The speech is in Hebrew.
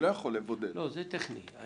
זה טכני.